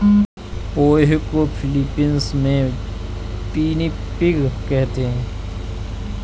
पोहे को फ़िलीपीन्स में पिनीपिग कहते हैं